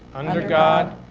under god,